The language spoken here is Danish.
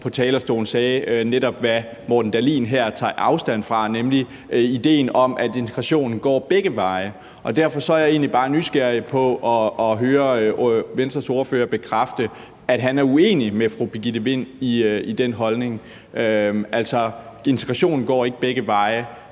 på talerstolen netop sagde, hvad hr. Morten Dahlin her tager afstand fra, nemlig idéen om, at integration går begge veje, og derfor er jeg egentlig bare nysgerrig på at høre Venstres ordfører bekræfte, at han er uenig med fru Birgitte Vind i den holdning. Altså, integrationen går ikke begge veje.